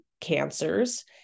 cancers